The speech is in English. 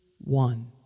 one